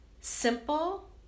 simple